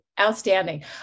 Outstanding